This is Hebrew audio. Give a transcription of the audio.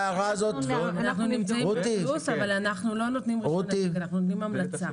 לא נותנים רישיון אלא אנחנו נותנים המלצה.